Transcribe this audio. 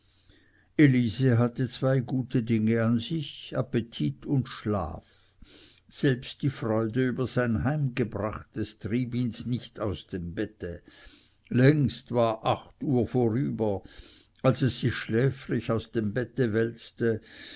elisi hatte zwei gute dinge an sich appetit und schlaf selbst die freude über sein heimgebrachtes trieb ihns nicht aus dem bette längst war acht uhr vorüber als es sich schläfrig aus dem bette